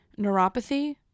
neuropathy